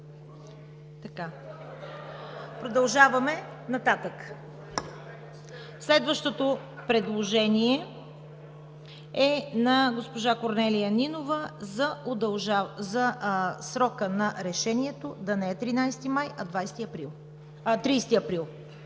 Продължаваме нататък. Следващото предложение е на госпожа Корнелия Нинова срокът на решението да не е 13 май, а 30 април.